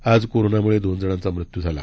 आज कोरोनामुळे दोन जणांचा मृत्यू झाला